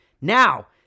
Now